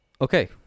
okay